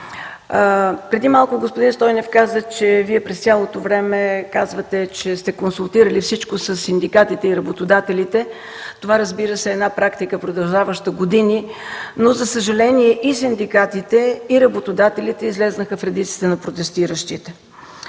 Преди малко господин Стойнев каза, че Вие през цялото време казвате, че сте консултирали всичко със синдикатите и работодателите. Разбира се, това е една практика, продължаваща години. За съжаление, и синдикатите, и работодателите излязоха в редиците на протестиращите.